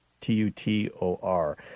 T-U-T-O-R